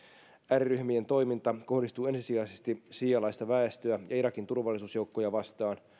ääriryhmien toiminta kohdistuu ensisijaisesti siialaista väestöä ja irakin turvallisuusjoukkoja vastaan